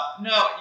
No